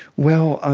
well, ah